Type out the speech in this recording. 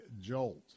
jolt